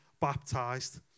baptized